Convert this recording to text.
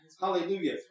hallelujah